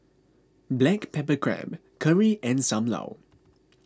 Black Pepper Crab Curry and Sam Lau